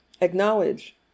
acknowledge